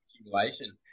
accumulation